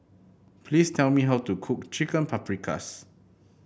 please tell me how to cook Chicken Paprikas